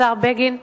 השר בגין,